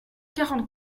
quarante